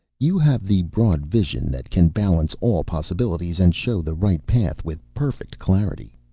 you have the broad vision that can balance all possibilities and show the right path with perfect clarity,